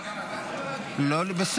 לא, אבל גם אתה צריך להגיד.